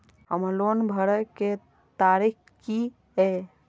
हमर लोन भरए के तारीख की ये?